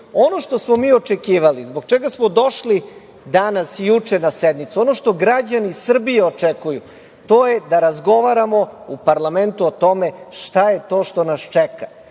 što smo mi očekivali, zbog čega smo došli danas i juče na sednicu, ono što građani Srbije očekuju, to je da razgovaramo u parlamentu o tome šta je to što nas čeka.